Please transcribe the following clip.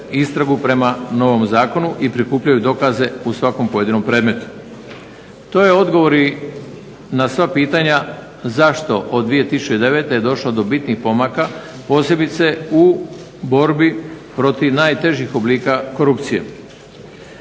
istragu po novom zakonu i prikupljaju dokaze u svakom pojedinom predmetu. To je odgovor i na sva pitanja zašto od 2009. je došlo do bitnih pomaka posebice u borbi protiv najtežih oblika korupcije.